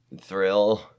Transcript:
Thrill